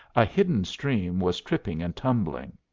a hidden stream was tripping and tumbling.